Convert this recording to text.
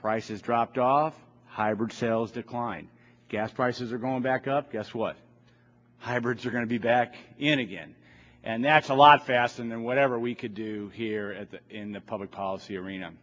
prices dropped off hybrid sales decline gas prices are going back up guess what hybrids are going to be back in again and that's a lot faster and whatever we could do here at the in the public policy arena